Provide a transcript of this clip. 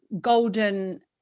golden